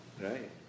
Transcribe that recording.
right